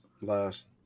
Last